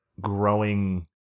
growing